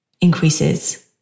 increases